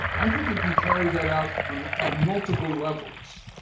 i think you can carry that out on multiple levels.